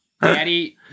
Daddy